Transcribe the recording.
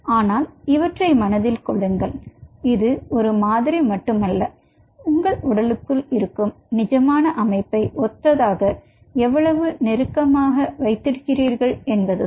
ஆனால் இவற்றை மனதில் கொள்ளுங்கள் இது ஒரு மாதிரி மட்டுமல்ல உங்கள் உடலுக்குள் இருக்கும் நிஜமான அமைப்பை ஓத்ததாக எவ்வளவு நெருக்கமாக இருக்கிறீர்கள் என்பதுதான்